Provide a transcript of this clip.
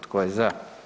Tko je za?